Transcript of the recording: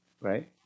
right